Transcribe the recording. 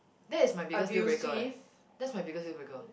that is my biggest dealbreaker eh that's my biggest dealbreaker